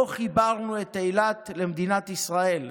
לא חיברנו את אילת למדינת ישראל.